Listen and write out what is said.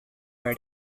were